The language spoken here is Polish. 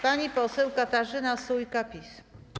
Pani poseł Katarzyna Sójka, PiS.